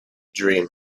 dream